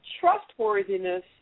trustworthiness